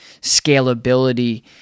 scalability